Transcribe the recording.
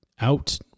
out